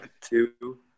two